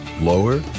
Lower